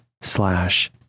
slash